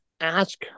ask